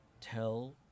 tell